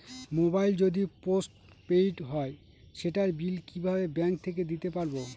Mobile যদি postpaid হয় সেটার বিল কিভাবে ব্যাংক থেকে দিতে পারব?